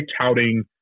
touting